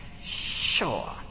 sure